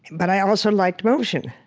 but i also liked motion.